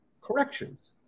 corrections